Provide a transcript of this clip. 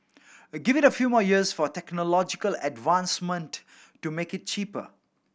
give it a few more years for technological advancement to make it cheaper